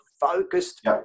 focused